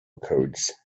codes